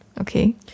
Okay